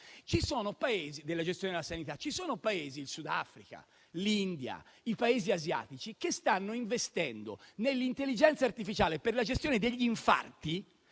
più grande nella gestione della sanità. Ci sono Paesi - il Sudafrica, l'India o i Paesi asiatici - che stanno investendo nell'intelligenza artificiale per la gestione degli infarti